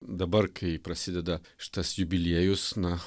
dabar kai prasideda šitas jubiliejus na